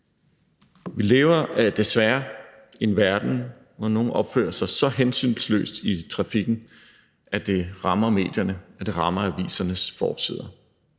Vi lever desværre i en verden, hvor nogle opfører sig så hensynsløst i trafikken, at det rammer medierne, at det rammer avisernes forsider.